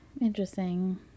interesting